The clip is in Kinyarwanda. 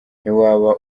ntiwaba